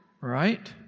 Right